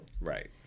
Right